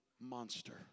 monster